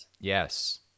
Yes